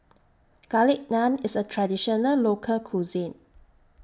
Garlic Naan IS A Traditional Local Cuisine